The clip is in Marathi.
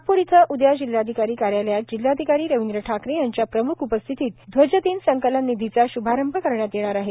नागपूर इथं उद्या जिल्हाधिकारी कार्यालयात जिल्हाधिकारी रविंद्र ठाकरे यांच्या प्रमुख उपस्थितीत ध्वजदिव संकलन निधीचा शुभारंभ करण्यात येणार आहे